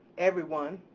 everyone.